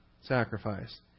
sacrifice